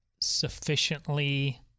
sufficiently